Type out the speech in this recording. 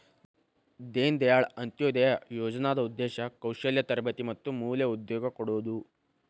ದೇನ ದಾಯಾಳ್ ಅಂತ್ಯೊದಯ ಯೋಜನಾದ್ ಉದ್ದೇಶ ಕೌಶಲ್ಯ ತರಬೇತಿ ಮತ್ತ ಮೂಲ ಉದ್ಯೋಗ ಕೊಡೋದು